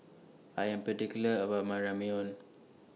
I Am particular about My Ramyeon